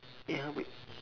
ya but